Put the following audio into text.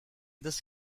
this